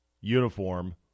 uniform